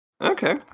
Okay